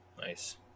Nice